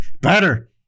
Better